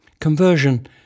Conversion